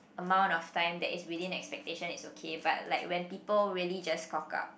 amount of time that is within expectation it's okay but like when people really just cock up